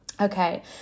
Okay